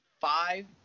five